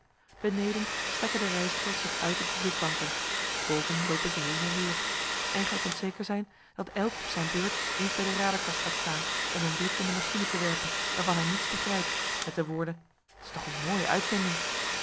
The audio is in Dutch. beneden strekken de reizigers zich uit op de zitbanken boven loopen zij heen en weer en gij kunt zeker zijn dat elk op zijn beurt eens bij de raderkast gaat staan om een blik in de machine te werpen waarvan hij niets begrijpt met de woorden t is toch een mooie uitvinding